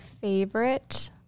favorite